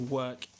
work